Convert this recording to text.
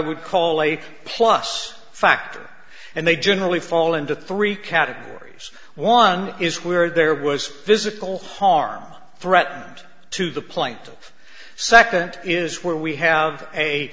would call a plus factor and they generally fall into three categories one is where there was physical harm threatened to the point of second is where we have a